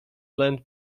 land